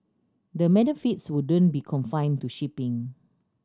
the benefits wouldn't be confined to shipping